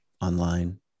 online